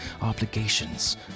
obligations